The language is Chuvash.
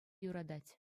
юратать